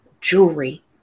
jewelry